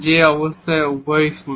যে অবস্থায় উভয়ই 0